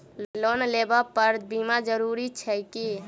Loan लेबऽ पर बीमा जरूरी छैक की?